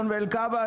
הזה,